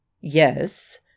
Yes